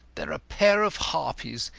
they're a pair of harpies,